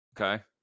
Okay